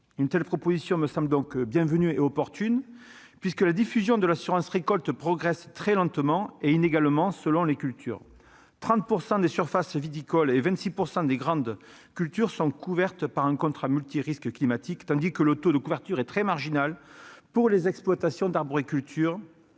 Une telle proposition me semble bienvenue et opportune, puisque la diffusion de l'assurance récolte progresse très lentement et inégalement selon les cultures : 30 % des surfaces viticoles et 26 % des grandes cultures sont couvertes par un contrat multirisque climatique tandis que le taux de couverture est très marginal pour les exploitations d'arboriculture,